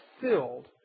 filled